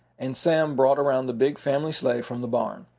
and sam brought around the big family sleigh from the barn.